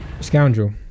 scoundrel